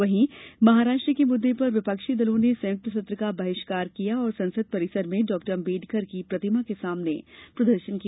वहीं महाराष्ट्र के मुददे पर विपक्षी दलों ने संयुक्त सत्र का बहिष्कार किया और संसद परिसर में डॉ अम्बेडकर की प्रतिमा के सामने प्रदर्शन किया